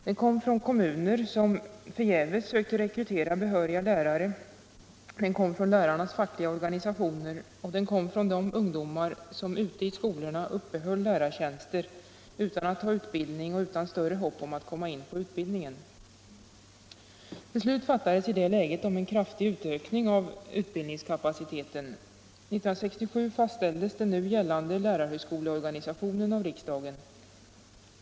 Den kom från kommuner som förgäves sökte rekrytera behöriga lärare, den kom från lärarnas fackliga organisationer och den kom från de ungdomar som ute i skolorna uppehöll lärartjänster utan att ha utbildning och utan större hopp om att komma in på utbildningsanstalterna. I det läget togs beslut om en kraftig ökning av utbildningskapaciteten. 1967 fastställdes den nu gällande lärarhögskoleorganisationen av riksdagen.